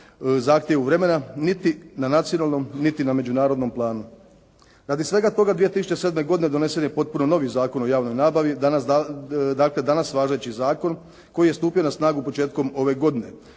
zahtjevu vremena, niti na nacionalnom, niti na međunarodnom planu. Radi svega toga 2007. godine donesen je potpuno novi Zakon o javnoj nabavi, dakle danas važeći zakon koji je stupio na snagu početkom ove godine